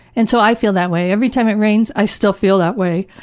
and so i feel that way. every time it rains, i still feel that way.